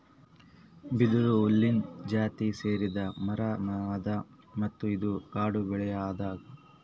ಬಿದಿರು ಹುಲ್ಲಿನ್ ಜಾತಿಗ್ ಸೇರಿದ್ ಮರಾ ಅದಾ ಮತ್ತ್ ಇದು ಕಾಡ್ ಬೆಳಿ ಅಗ್ಯಾದ್